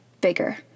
bigger